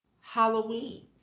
Halloween